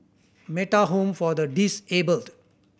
Metta Home for the Disabled